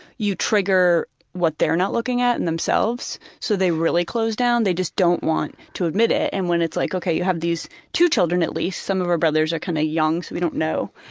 you trigger what they're not looking at in themselves, so they really close down, they just don't want to admit it, and when it's like, ok, you have these two children at least, some of our brothers are kind of young so we don't know